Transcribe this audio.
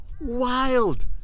Wild